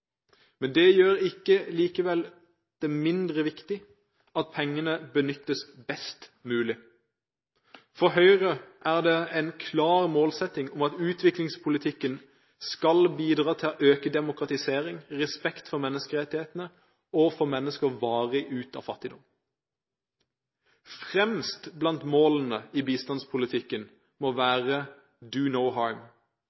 Men det gjør det likevel ikke mindre viktig at pengene benyttes best mulig. For Høyre er det en klar målsetting at utviklingspolitikken skal bidra til å øke demokratisering, respekt for menneskerettighetene og få mennesker varig ut av fattigdom. Fremst blant målene i bistandspolitikken må